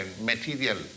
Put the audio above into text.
material